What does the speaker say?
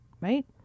right